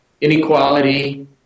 inequality